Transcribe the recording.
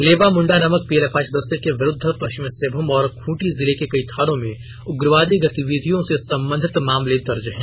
लेबा मुंडा नामक पीएलएफआई सदस्य के विरुद्व पश्चिमी सिंहभूम और खूंटी जिले के कई थानों में उग्रवादी गतिविधियों से संबंधित मामले दर्ज हैं